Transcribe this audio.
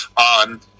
on